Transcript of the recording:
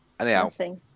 Anyhow